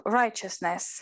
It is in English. righteousness